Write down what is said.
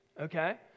okay